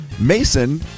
Mason